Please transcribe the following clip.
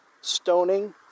stoning